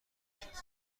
شناسمش